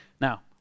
Now